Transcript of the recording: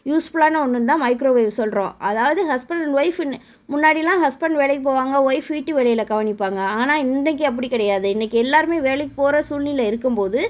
யூஸ்ஃபுல்லான ஒன்றுன்னு தான் மைக்ரோவேவ் சொல்கிறோம் அதாவது ஹஸ்பண்ட் அண்ட் ஒய்ஃப்னு முன்னாடிலாம் ஹஸ்பண்ட் வேலைக்கு போவாங்க ஒய்ஃப் வீட்டு வேலைகளை கவனிப்பாங்க ஆனால் இன்றைக்கி அப்படி கிடையாது இன்றைக்கி எல்லோருமே வேலைக்கு போகிற சூழ்நிலை இருக்கும்போது